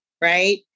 Right